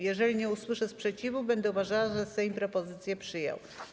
Jeżeli nie usłyszę sprzeciwu, będę uważała, że Sejm propozycję przyjął.